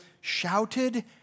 shouted